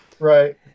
Right